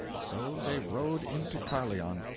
so they rode into carlion,